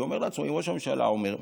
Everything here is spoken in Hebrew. שאומר לעצמו: אם ראש הממשלה אומר,